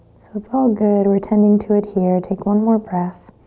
so it's all good. we're tending to it here. take one more breath.